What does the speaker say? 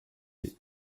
lait